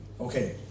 Okay